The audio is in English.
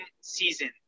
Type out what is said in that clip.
season